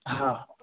हा